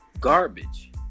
garbage